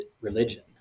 religion